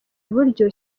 iburyo